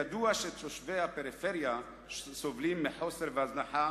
ידוע שתושבי הפריפריה סובלים מחוסר והזנחה